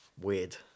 Weird